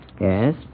Yes